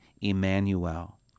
Emmanuel